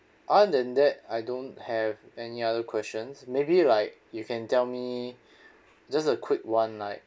other than that I don't have any other questions maybe like you can tell me just a quick [one] like